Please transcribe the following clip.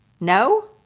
No